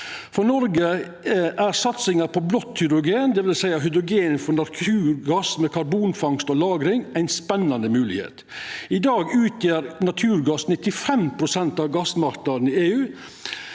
For Noreg er satsinga på blått hydrogen, det vil seia hydrogen frå naturgass med karbonfangst og -lagring, ei spennande moglegheit. I dag utgjer naturgass 95 pst. av gassmarknaden i EU,